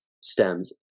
stems